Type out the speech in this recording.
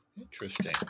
Interesting